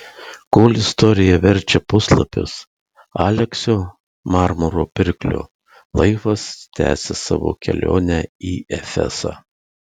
kol istorija verčia puslapius aleksio marmuro pirklio laivas tęsia savo kelionę į efesą